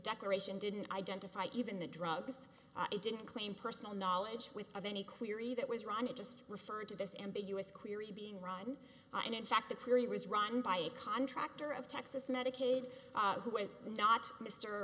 declaration didn't identify even the drugs it didn't claim personal knowledge without any clearly that was ron it just referred to this ambiguous query being run and in fact the cleary was run by a contractor of texas medicaid who was not mr